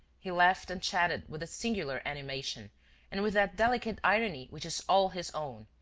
he laughed and chatted with a singular animation and with that delicate irony which is all his own,